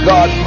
God